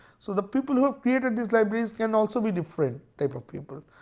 so the people who have created these libraries can also be different type of people.